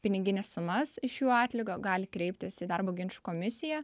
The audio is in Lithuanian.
pinigines sumas iš jų atlygio gali kreiptis į darbo ginčų komisiją